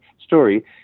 story